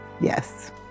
yes